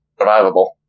survivable